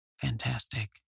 fantastic